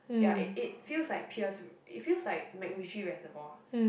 ya it it feels like Pierce it feel like Macveggies Reservoir